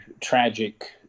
tragic